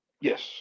Yes